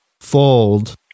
fold